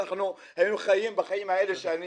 אנחנו היינו חיים בחיים האלה שנים.